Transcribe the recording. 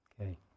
Okay